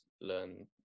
learn